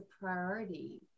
priority